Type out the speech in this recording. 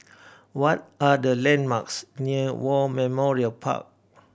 what are the landmarks near War Memorial Park